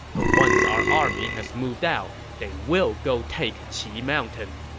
but once our army has moved out, they will go take qi mountain.